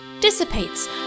dissipates